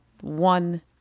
one